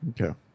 Okay